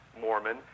Mormon